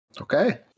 Okay